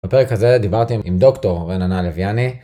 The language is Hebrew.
בפרק הזה דיברתם עם דוקטור רננה לויאני.